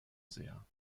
sehr